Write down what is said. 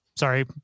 Sorry